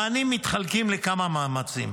המענים מתחלקים לכמה מאמצים: